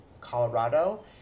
Colorado